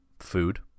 food